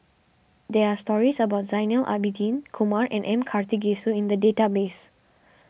there are stories about Zainal Abidin Kumar and M Karthigesu in the database